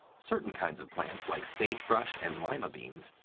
certain kinds of plants, like sagebrush and lima beans,